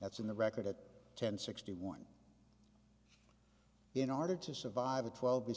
that's in the record at ten sixty one in order to survive a twelve